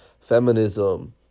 feminism